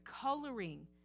coloring